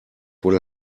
will